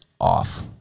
off